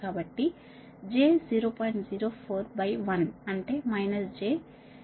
04 by 1 అంటే j రెండు5